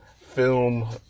film